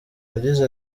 yagize